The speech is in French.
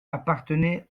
appartenait